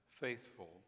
faithful